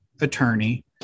attorney